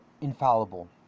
infallible